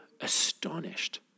astonished